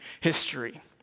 history